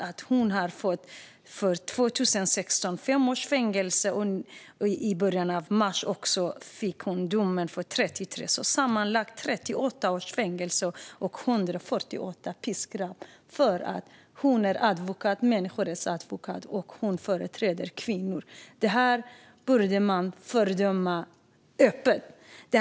För det har hon fått först 5 års fängelse 2016 och sedan i början av mars i år ytterligare 33 år - sammanlagt 38 års fängelse och 148 piskrapp för att hon är människorättsadvokat och företräder kvinnor. Detta borde man fördöma öppet.